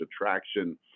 attraction